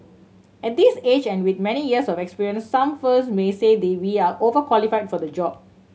at this age and with many years of experience some firms may say they we are overqualify for the job